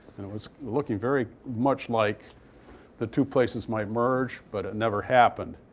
and it was looking very much like the two places might merge. but it never happened.